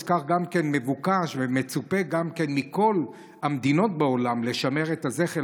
אז כך גם מבוקש ומצופה מכל המדינות בעולם לשמר את הזכר.